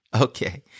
Okay